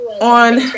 On